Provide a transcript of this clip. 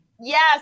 Yes